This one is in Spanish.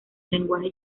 lenguaje